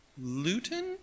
Luton